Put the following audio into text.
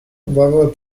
whether